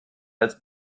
als